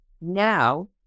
Now